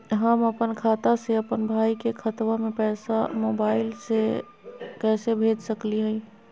हम अपन खाता से अपन भाई के खतवा में पैसा मोबाईल से कैसे भेज सकली हई?